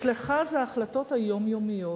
אצלך זה ההחלטות היומיומיות.